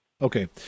Okay